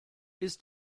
ist